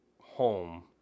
home